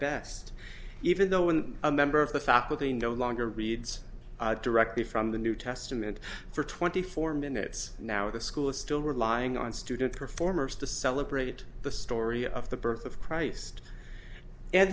best even though when a member of the faculty no longer reads directly from the new testament for twenty four minutes now the school is still relying on student performers to celebrate the story of the birth of christ and